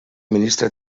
ministre